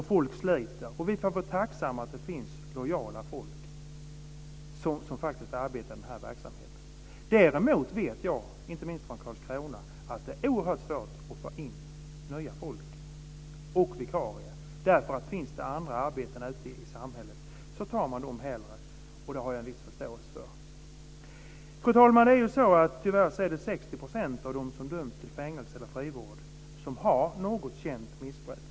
De anställda sliter, och vi får vara tacksamma för att det finns lojala medarbetare i den här verksamheten. Däremot vet jag, inte minst från Karlskrona, att det är oerhört svårt att få in nytt folk och vikarier. Finns det andra arbeten ute i samhället tar man hellre dem, och det har jag en viss förståelse för. Fru talman! Tyvärr har 60 % av dem som dömts till fängelse eller frivård något känt missbruk.